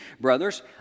Brothers